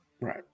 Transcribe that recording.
Right